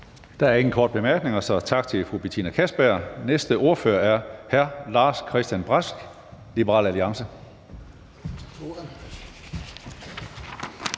Der er ingen korte bemærkninger, så tak til fru Betina Kastbjerg. Næste ordfører er hr. Lars-Christian Brask, Liberal Alliance.